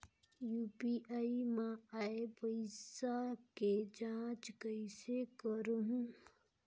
UPI मा आय पइसा के जांच कइसे करहूं?